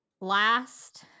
last